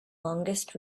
longest